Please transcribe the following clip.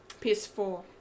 PS4